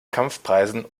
kampfpreisen